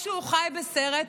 או שהוא חי בסרט,